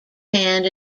hand